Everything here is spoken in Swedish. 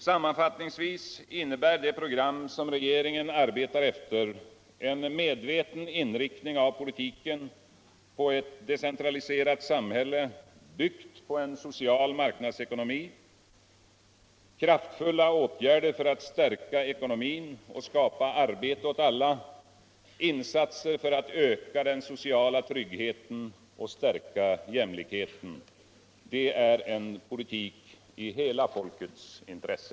Sammanfattningsvis innebär det program som regeringen arbetar elter en medveten imriktning av politiken på ett decentraliserat samhälle byggt på en social marknadsekonomi. på kraftfulla åtvärder för all stärka ckonomin och skapa arbete åt alla och på insatser för att öka den sociala tryggheten och stärka jämlikheten. Det är en pohitik i hela folkets intresse.